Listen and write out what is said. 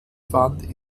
fand